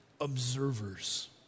observers